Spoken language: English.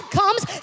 comes